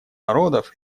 народов